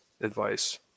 advice